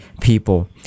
people